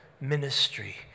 ministry